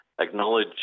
acknowledge